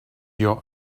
your